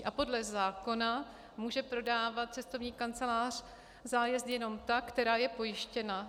A podle zákona může prodávat cestovní kancelář zájezdy jenom ta, která je pojištěna.